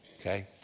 Okay